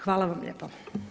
Hvala vam lijepa.